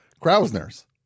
Krausner's